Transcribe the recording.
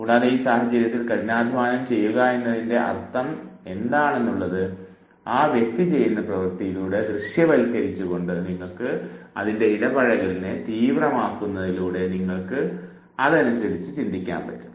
കൂടാതെ ഈ സാഹചര്യത്തിൽ കഠിനാധ്വാനം ചെയ്യുക എന്നതിൻറെ അർത്ഥമെന്താണെന്നുള്ളത് ആ വ്യക്തി ചെയ്യുന്ന പ്രവർത്തിയിലൂടെ ദൃശ്യവൽക്കരിച്ചുകൊണ്ട് നിങ്ങൾക്ക് അതിൻറെ ഇടപഴകലിനെ തീവ്രമാക്കുന്നതിലൂടെ നിങ്ങൾ അതനുസരിച്ച് ചിന്തിക്കുന്നു